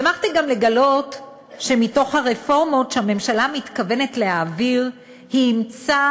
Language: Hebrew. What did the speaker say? שמחתי גם לגלות שמתוך הרפורמות שהממשלה מתכוונת להעביר היא אימצה